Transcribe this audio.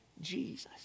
Jesus